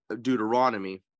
deuteronomy